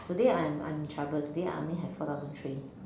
today I'm I'm in trouble today I only have four thousand three